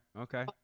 okay